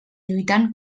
lluitant